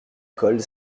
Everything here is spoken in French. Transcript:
colle